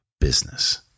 business